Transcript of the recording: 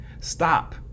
Stop